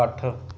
ਅੱਠ